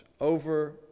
over